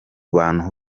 bantu